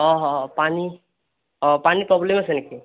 অঁ পানী অঁ পানী প্ৰব্লেম আছে নেকি